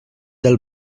del